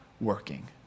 working